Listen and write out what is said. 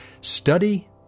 Study